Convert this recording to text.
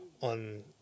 on